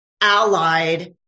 allied